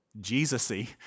Jesus-y